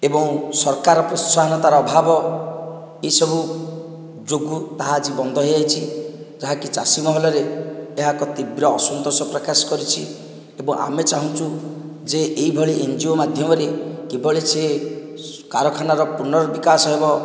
ଏବଂ ସରକାରଙ୍କ ପ୍ରୋତ୍ସାହନତାର ଅଭାବ ଏହିସବୁ ଯୋଗୁଁ ତାହା ଜୀବନ୍ତ ହୋଇଛି ଯାହାକି ଚାଷୀ ମାମଲା ରେ ଏହା ଏକ ତୀବ୍ର ଆସନ୍ତୋଷ ପ୍ରକାଶ କରିଛି ଏବଂ ଆମେ ଚାହୁଁଛୁ ଯେ ଏଇ ଭଳି ଏନଜିଓ ମାଧ୍ୟମରେ କିଭଳି ସେ କାରଖାନାର ପୁନର୍ବିକାଶ ହେବ